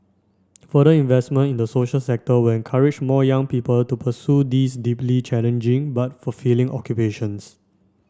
further investment in the social sector will encourage more young people to pursue these deeply challenging but fulfilling occupations